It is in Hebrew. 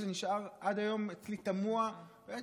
וזה נשאר עד היום אצלי מוטמע באזורים